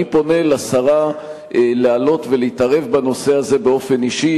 אני פונה לשרה לעלות ולהתערב בנושא הזה באופן אישי.